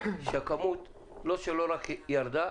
שהכמות לא רק לא ירדה